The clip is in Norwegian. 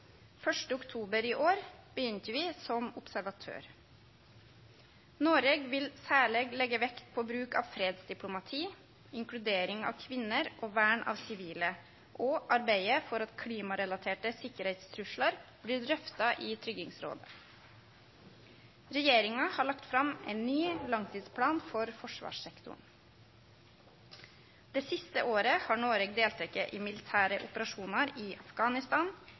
oktober i år begynte vi som observatør. Noreg vil særleg leggje vekt på bruk av fredsdiplomati, inkludering av kvinner og vern av sivile og arbeide for at klimarelaterte sikkerheitstruslar blir drøfta i Tryggingsrådet. Regjeringa har lagt fram ein ny langtidsplan for forsvarssektoren. Det siste året har Noreg delteke i militære operasjonar i Afghanistan,